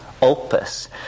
opus